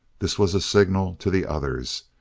this was a signal to the others.